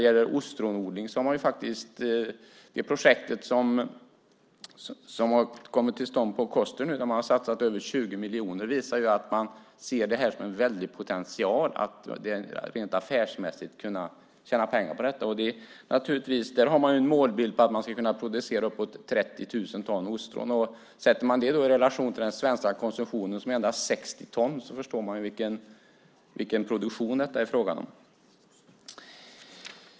Det projekt som har kommit i gång på Koster, där man har satsat över 20 miljoner, visar att man ser det som en stor potential att affärsmässigt kunna tjäna pengar på detta. Där har man målet att kunna producera upp till 30 000 ton ostron. Sätter man det i relation till den svenska konsumtionen som är endast 60 ton förstår man vilken produktion det är fråga om.